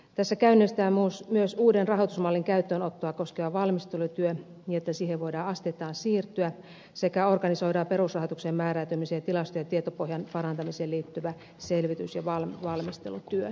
tässä käynnistetään myös uuden rahoitusmallin käyttöönottoa koskeva valmistelutyö niin että siihen voidaan asteittain siirtyä sekä organisoidaan perusrahoituksen määräytymisen ja tilasto ja tietopohjan parantamiseen liittyvä selvitys ja valmistelutyö